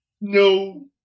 no